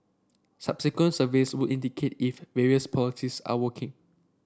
subsequent surveys would indicate if various polities are working